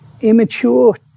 Immature